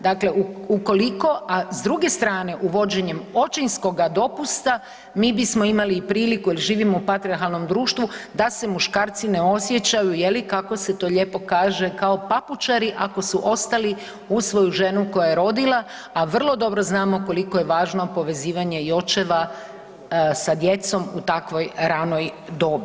Dakle ukoliko, a s druge strane, uvođenjem očinskoga dopusta mi bismo imali i priliku jer živimo u patrijahalnom društvu da se muškarci ne osjećaju, je li, kako se to lijepo kaže, kao papučari, ako su ostali uz svoju ženu koja je rodila, a vrlo dobro znamo koliko je važno povezivanje i očeva u takvoj ranoj dobi.